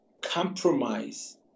compromise